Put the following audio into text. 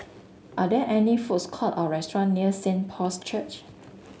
are there any foods court or restaurant near Saint Paul's Church